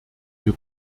wir